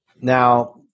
Now